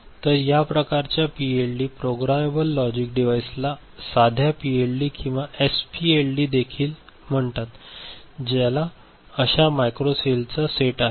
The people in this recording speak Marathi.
तर या प्रकारच्या पीएलडी प्रोग्रामेबल लॉजिक डिव्हाइसला साध्या पीएलडी किंवा एसपीएलडी देखील म्हणतात ज्याला अशा मॅक्रो सेलचा सेट आहे